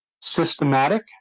systematic